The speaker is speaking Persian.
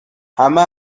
همه